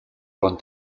con